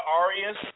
Arias